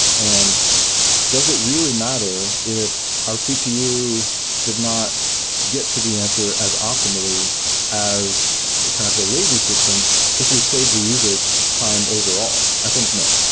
and does it really matter if our cpu did not get to the answer as optimally as perhaps a lazy system if we've saved the user time overall? i think no.